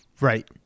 right